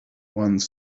one